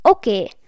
Okay